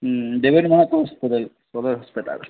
hmm Deben Mahato hospital Sadar hospital